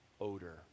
odor